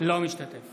אינו משתתף